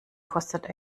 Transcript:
kostet